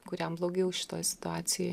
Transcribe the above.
kuriam blogiau šitoj situacijoj